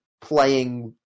playing